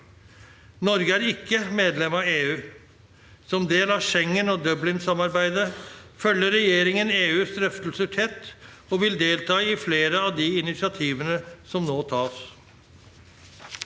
Norge er ikke medlem av EU. Som del av Schengen- og Dublinsamarbeidet følger regjeringen EUs drøftelser tett, og vi vil delta i flere av de initiativene som nå tas.